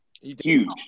huge